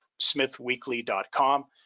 smithweekly.com